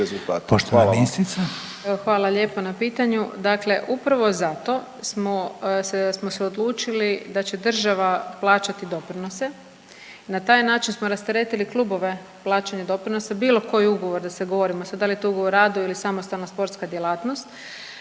Hvala lijepa na pitanju. Dakle upravo zato smo se odlučili da će država plaćati doprinose i na taj način smo rasteretili klubove plaćanja doprinosa, bilo koji ugovor …/Govornik se ne razumije/… govorimo da li je to ugovor o radu ili samostalna sportska djelatnost